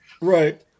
Right